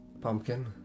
pumpkin